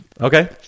Okay